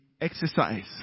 exercise